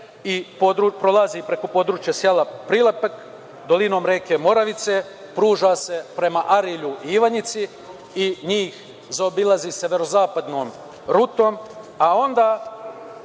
prolazi preko područja sela Prilepak dolinom reke Moravice, pruža se prema Arilju i Ivanjici i njih zaobilazi severozapadnom rutom, a onda